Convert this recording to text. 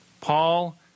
Paul